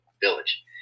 village